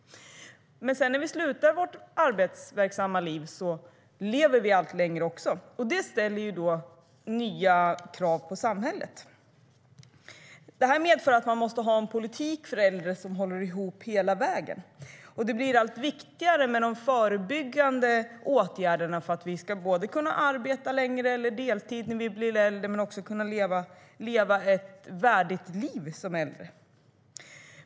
Men när vi sedan slutar vårt arbetsverksamma liv lever vi också allt längre. Detta medför att politiken för äldre måste hålla ihop hela vägen. Det blir allt viktigare med förebyggande åtgärder för att vi ska kunna arbeta längre eller arbeta deltid när vi blir äldre men också kunna leva ett värdigt liv som äldre.